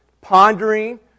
pondering